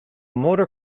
motor